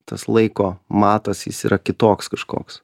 tas laiko matas jis yra kitoks kažkoks